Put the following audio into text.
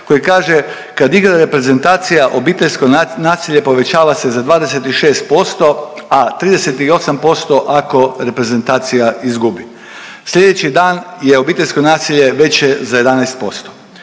koji kaže kad igra reprezentacija obiteljsko nasilje povećava se za 26%, a 38% ako reprezentacija izgubi. Sljedeći dan je obiteljsko nasilje veće za 11%.